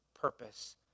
purpose